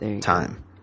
time